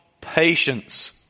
patience